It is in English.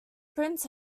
prince